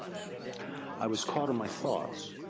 i was caught in my thoughts.